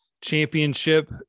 championship